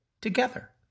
together